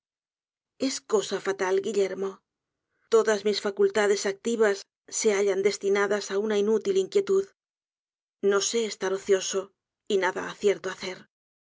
es cosa fatal guillermo todas mis facultades activas se hallan destinadas á una inútil inquietud no sé estar ocioso y nada aoierto á hacer